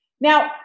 Now